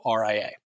RIA